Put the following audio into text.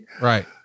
Right